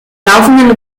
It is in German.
laufenden